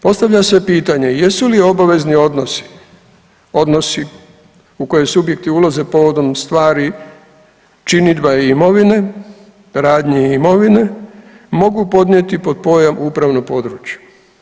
Postavlja se pitanje jesu li obvezni odnosi, odnosi u koje subjekti ulaze povodom stvari, činidba i imovine, radnji i imovine mogu podnijeti pod pojam upravno područje.